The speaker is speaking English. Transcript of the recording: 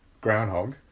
groundhog